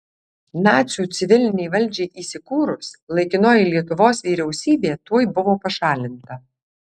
nacių civilinei valdžiai įsikūrus laikinoji lietuvos vyriausybė tuoj buvo pašalinta